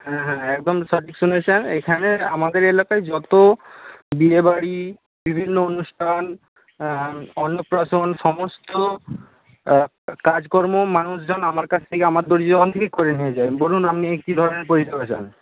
হ্যাঁ হ্যাঁ একদম সঠিক শুনেছেন এইখানে আমাদের এলাকায় যত বিয়েবাড়ি বিভিন্ন অনুষ্ঠান অন্নপ্রাশন সমস্ত কাজকর্ম মানুষজন আমার কাছ থেকে আমার দর্জি দোকান থেকেই করে নিয়ে যায় বলুন আপনি কী ধরনের পরিষেবা চান